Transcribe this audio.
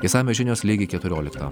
išsamios žinios lygiai keturioliktą